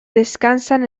descansan